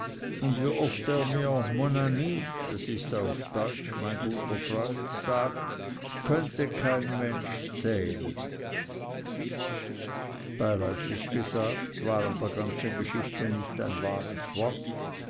und wie oft er mir mon ami das ist auf deutsch mein guter freund sagt könnte kein mensch zählen beiläufig gesagt war an der ganzen geschichte nicht ein wahres wort